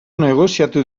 negoziatu